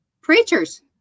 preachers